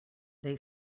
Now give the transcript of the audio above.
they